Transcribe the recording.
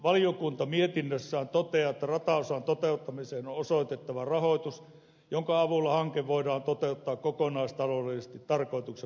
valtiovarainvaliokunta mietinnössään toteaa että seinäjokioulu rataosan toteuttamiseen on osoitettava rahoitus jonka avulla hanke voidaan toteuttaa kokonaistaloudellisesti tarkoituksenmukaisella tavalla